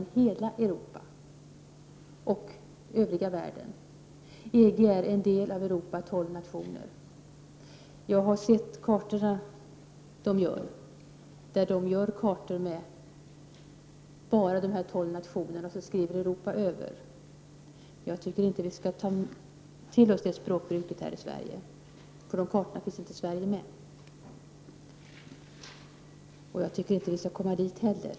Vi vill ha ökade kontakter med hela världen. EG är en del av Europa, tolv nationer. Jag har sett deras kartor. De tillverkar kartor över de tolv nationerna och skriver sedan ”Europa” ovanför. Jag tycker inte att vi här i Sverige skall ta till oss det språkbruket. På deras kartor finns inte Sverige med, och vi bör enligt min mening inte heller finnas med där.